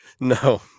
No